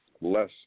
less